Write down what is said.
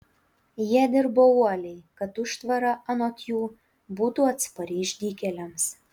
jie dirbo uoliai kad užtvara anot jų būtų atspari išdykėliams